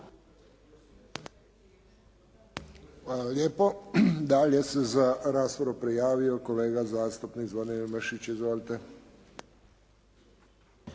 Hvala lijepo. Dalje se za raspravu prijavio kolega zastupnik Zvonimir Mršić. Izvolite.